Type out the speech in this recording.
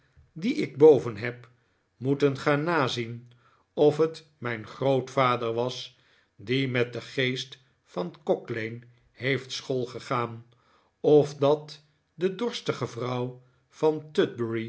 die ik boven heb moeten gaan nazien of het mijn overgrootvader was die met den geest van cocklane heeft school gegaan of dat de dorstige v rouw van